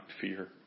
fear